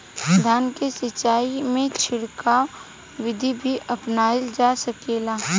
धान के सिचाई में छिड़काव बिधि भी अपनाइल जा सकेला?